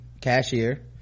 cashier